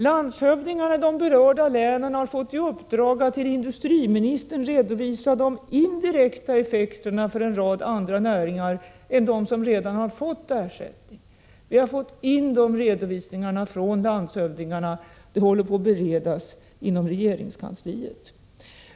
Landshövdingarna i de berörda länen har fått i uppdrag att till industriministern redovisa de indirekta effekterna för en rad andra näringar än dem som redan har fått ersättning. Vi har fått in de redovisningarna från landshövdingarna. De håller på att beredas inom regeringskansliet.